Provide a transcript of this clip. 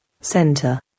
center